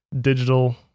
digital